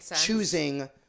choosing